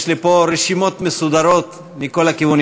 יש לי פה רשימות מסודרות מכל הכיוונים.